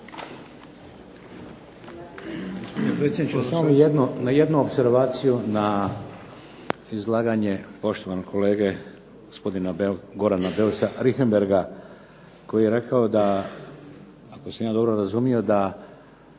samo jednu opservaciju na izlaganje poštovanog kolege gospodina Gorana Beusa Richembergha koji je rekao, da ako sam ja dobro razumio da